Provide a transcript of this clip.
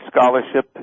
scholarship